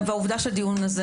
צוהריים טובים,